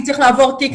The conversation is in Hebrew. כי צריך לעבור תיק,